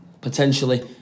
potentially